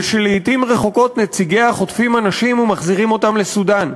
ושלעתים רחוקות נציגיה חוטפים אנשים ומחזירים אותם לסודאן.